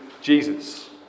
Jesus